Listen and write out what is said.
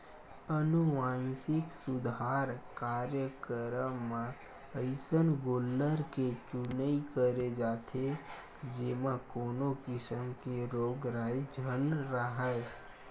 अनुवांसिक सुधार कार्यकरम म अइसन गोल्लर के चुनई करे जाथे जेमा कोनो किसम के रोग राई झन राहय